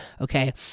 okay